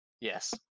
yes